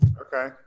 okay